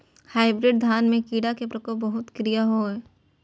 Hybrid धान में कीरा के प्रकोप बहुत किया होया?